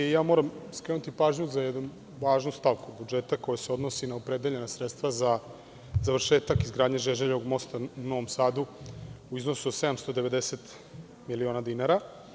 Moram skrenuti pažnju za jednu važnu stavku budžeta koja se odnosi na opredeljena sredstva budžeta za završetak izgradnje Žeželjevog mosta u Novom Sadu u iznosu od 790 miliona dinara.